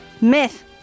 myth